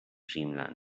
dreamland